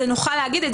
נוכל להגיד,